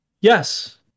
Yes